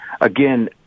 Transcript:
again